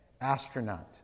Astronaut